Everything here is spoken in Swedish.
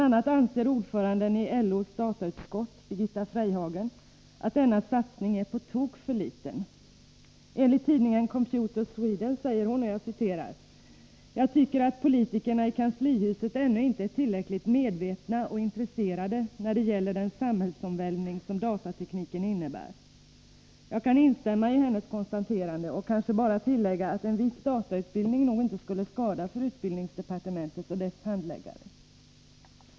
a. anser ordföranden i LO:s datautskott, Birgitta Frejhagen, att denna satsning är på tok för liten. Enligt tidningen Computer Sweden säger hon: ”Jag tycker att politikerna i kanslihuset ännu inte är tillräckligt medvetna och intresserade, när det gäller den samhällsomvälvning som datatekniken innebär.” Jag kan instämma i hennes konstaterande — och kanske bara tillägga att en viss datautbildning nog inte skulle skada för utbildningsdepartementet och dess handläggare.